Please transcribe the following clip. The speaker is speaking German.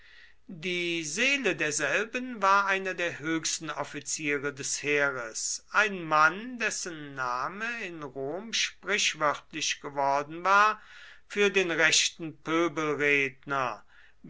die seele derselben war einer der höchsten offiziere des heeres ein mann dessen name in rom sprichwörtlich geworden war für den rechten